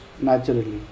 naturally